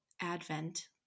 advent